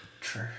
True